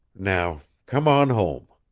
now come on home!